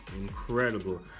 incredible